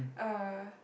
uh